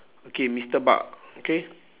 okay mister bak okay